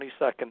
22nd